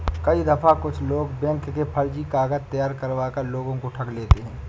कई दफा कुछ लोग बैंक के फर्जी कागज तैयार करवा कर लोगों को ठग लेते हैं